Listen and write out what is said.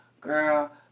Girl